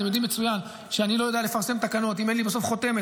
אתם יודעים מצוין שאני לא יודע לפרסם תקנות אם